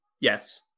Yes